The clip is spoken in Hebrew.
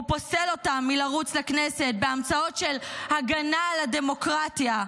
הוא פוסל אותם מלרוץ לכנסת בהמצאות של הגנה על הדמוקרטיה.